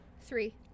Three